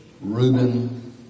Reuben